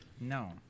No